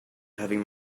having